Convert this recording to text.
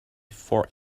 before